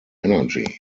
energy